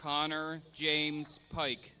connor james pike